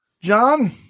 John